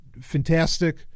fantastic